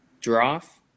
Giraffe